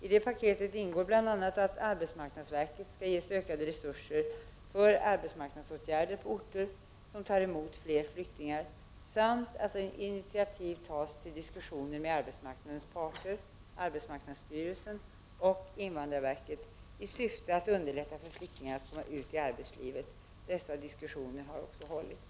I detta paket ingår bl.a. att arbetsmarknadsverket skall ges ökade resurser för arbetsmarknadsåtgärder på orter som tar emot fler flyktingar samt att initiativ tas till diskussioner med arbetsmarknadens parter, arbetsmarknadsstyrelsen och invandrarverket i syfte att underlätta för flyktingar att komma ut i arbetslivet. Dessa diskussioner har hållits.